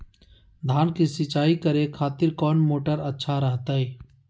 धान की सिंचाई करे खातिर कौन मोटर अच्छा रहतय?